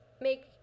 make